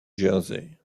jersey